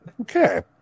Okay